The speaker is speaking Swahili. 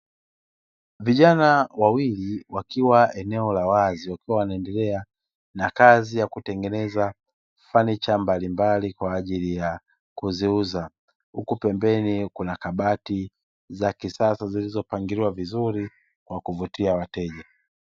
Vijana wawili wakiwa eneo la wazi wakiwa wanaendelea na kazi ya kutengeneza fanicha mbalimbali kwa ajili ya kuziuza. Huku pembeni kuna kabati za kisasa zilizopangiliwa vizuri kwa kuvutia wateja.